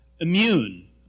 immune